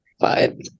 fine